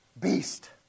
beast